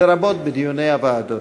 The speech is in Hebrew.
לרבות בדיוני ועדות.